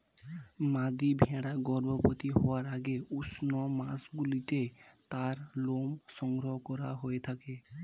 মাদী ভেড়া গর্ভবতী হওয়ার আগে উষ্ণ মাসগুলিতে তার লোম সংগ্রহ করা হয়ে থাকে